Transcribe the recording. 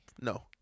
No